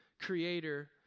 creator